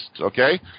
okay